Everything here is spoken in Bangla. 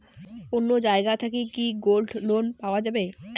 অন্য জায়গা থাকি কি গোল্ড লোন পাওয়া যাবে?